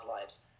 lives